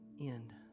end